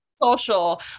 social